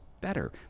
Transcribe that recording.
better